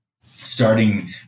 starting